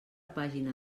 pàgina